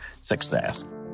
success